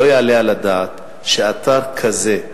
לא יעלה על הדעת שאתר כזה,